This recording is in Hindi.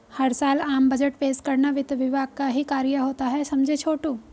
हर साल आम बजट पेश करना वित्त विभाग का ही कार्य होता है समझे छोटू